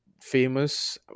famous